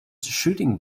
shooting